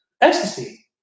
ecstasy